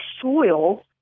soil